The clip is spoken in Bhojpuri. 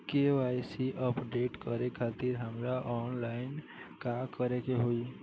के.वाइ.सी अपडेट करे खातिर हमरा ऑनलाइन का करे के होई?